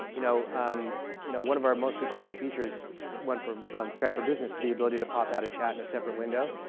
you know um you know one of our most requested features went from skype for business the ability to pop out a chat in the second window.